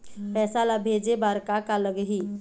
पैसा ला भेजे बार का का लगही?